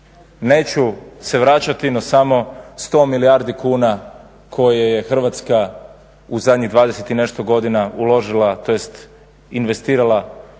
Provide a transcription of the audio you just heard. Neću se vraćati na samo 100 milijardi kuna koje je Hrvatska u zadnjih 20 i nešto godina uložila, tj investirala